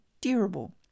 durable